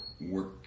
work